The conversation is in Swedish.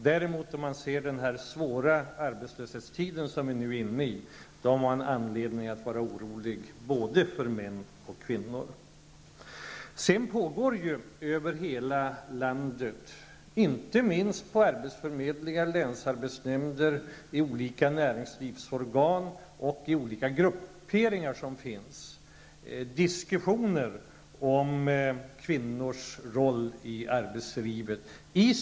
Om man däremot ser till den svåra arbetslöshetsperiod som vi nu är inne i har man anledning att vara orolig för både män och kvinnor. Över hela landet inte minst på arbetsförmedlingar, länsarbetsnämnder, i olika näringslivsorgan och i olika grupperingar som finns, diskussioner om kvinnornas roll i arbetslivet.